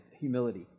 humility